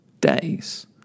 days